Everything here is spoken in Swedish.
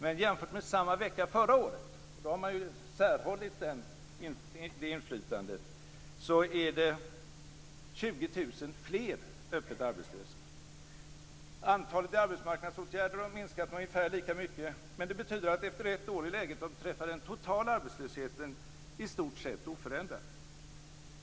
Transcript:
Men jämfört med samma vecka förra året - då har man särhållit det inflytandet - är det 20 000 fler öppet arbetslösa. Antalet i arbetsmarknadsåtgärder har minskat med ungefär lika mycket. Det betyder att efter ett år är läget vad beträffar den totala arbetslösheten i stort sett oförändrat.